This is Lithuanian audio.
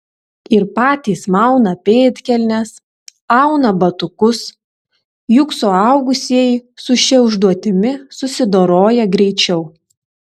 ir patys mauna pėdkelnes auna batukus juk suaugusieji su šia užduotimi susidoroja greičiau